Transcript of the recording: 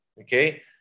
Okay